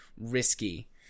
risky